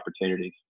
opportunities